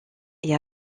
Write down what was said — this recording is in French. est